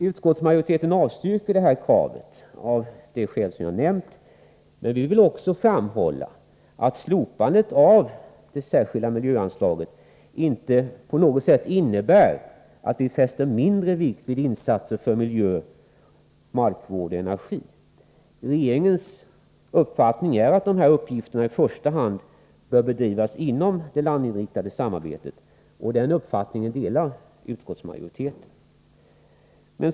Utskottsmajoriteten avstyrker detta krav av det skäl som jag nämnt, men vi vill också framhålla att slopandet av det särskilda miljöansla get inte på något sätt innebär att vi fäster mindre vikt vid insatser för miljöoch markvård samt energi. Regeringens uppfattning är att dessa uppgifter i första hand bör bedrivas inom det landinriktade samarbetet. Den uppfattningen delar utskottsmajoriteten.